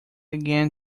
again